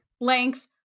length